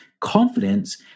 confidence